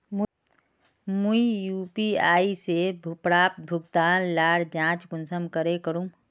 मुई यु.पी.आई से प्राप्त भुगतान लार जाँच कुंसम करे करूम?